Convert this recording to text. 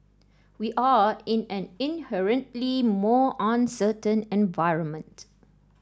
we are in an inherently more uncertain environment